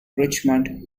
richmond